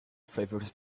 favours